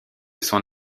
son